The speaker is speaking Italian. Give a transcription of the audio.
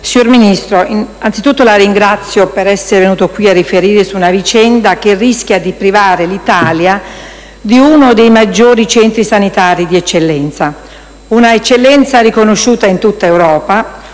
signor Ministro, anzitutto la ringrazio per essere venuto qui a riferire su una vicenda che rischia di privare l'Italia di uno dei maggiori centri sanitari di eccellenza. Un'eccellenza riconosciuta in tutta Europa.